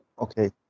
okay